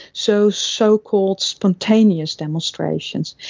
so so-called spontaneous demonstrations.